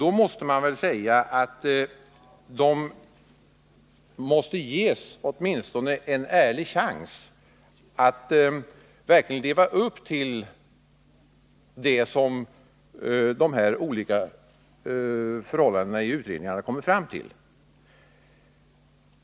Då måste de väl ges åtminstone en ärlig chans att leva upp till vad utredningarna kommit fram till.